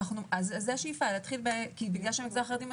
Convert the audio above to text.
זאת השאיפה, בגלל שהמגזר החרדי מתחיל.